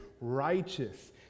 righteous